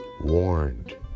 warned